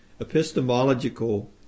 epistemological